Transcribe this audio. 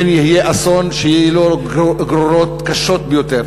פן יהיה אסון שיהיו לו גרורות קשות ביותר.